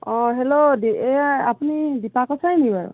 অঁ হেল্ল' দী এইয়া আপুনি দীপা কছাৰী নেকি বাৰু